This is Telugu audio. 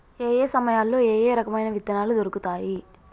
ఏయే సమయాల్లో ఏయే రకమైన విత్తనాలు దొరుకుతాయి?